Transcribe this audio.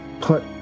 put